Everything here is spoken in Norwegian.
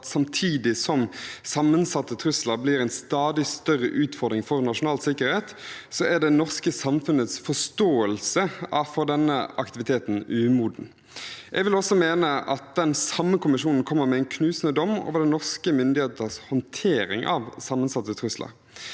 samtidig som sammensatte trusler blir en stadig større utfordring for nasjonal sikkerhet, er det norske samfunnets forståelse av denne aktiviteten umoden. Jeg vil også mene at den samme kommisjonen kommer med en knusende dom over norske myndigheters håndtering av sammensatte trusler.